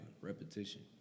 repetition